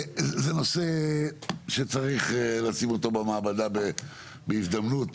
זה נושא שצריך לשים אותו במעבדה בהזדמנות,